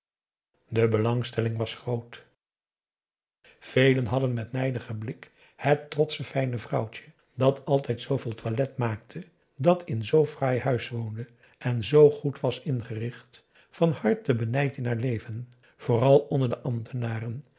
de belangstelling was groot velen hadden met nijdigen blik het trotsche fijne vrouwtje dat altijd zooveel toilet maakte dat in een zoo fraai huis woonde en zoo goed was ingericht van harte benijd in haar leven vooral onder de ambtenaren